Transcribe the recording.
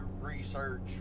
research